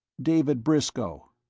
david briscoe.